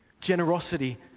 generosity